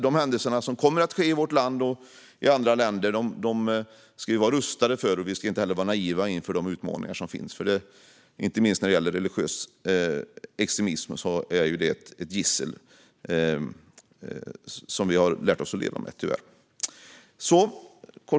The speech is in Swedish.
De händelser som kommer att ske i vårt land och i andra länder ska vi dock vara rustade för, och vi ska inte heller vara naiva inför de utmaningar som finns. Inte minst religiös extremism är ett gissel som vi har lärt oss att leva med, tyvärr.